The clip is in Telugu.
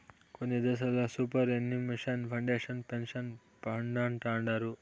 కొన్ని దేశాల్లో సూపర్ ఎన్యుషన్ ఫండేనే పెన్సన్ ఫండంటారు